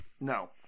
No